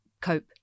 cope